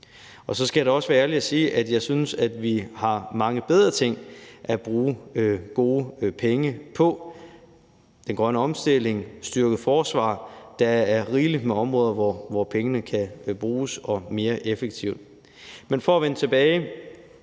Så skal jeg da også være ærlig og sige, at jeg synes, at vi har mange bedre ting at bruge gode penge på såsom den grønne omstilling og et styrket forsvar. Der er rigeligt med områder, hvor pengene kan bruges og bruges mere effektivt. Men for at vende tilbage